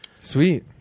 sweet